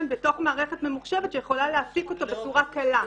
בתוך מערכת ממוחשבת שיכולה להפיק אותו בצורה קלה.